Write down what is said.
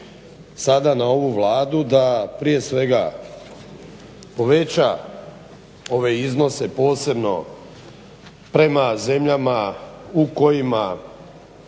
sada na ovu Vladu da prije svega poveća ove iznose posebno prema zemljama u kojima